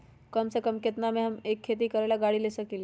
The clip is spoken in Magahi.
कम से कम केतना में हम एक खेती करेला गाड़ी ले सकींले?